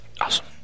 awesome